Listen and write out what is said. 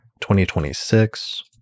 2026